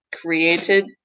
created